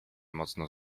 mocno